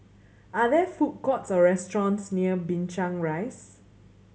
are there food courts or restaurants near Binchang Rise